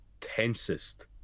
tensest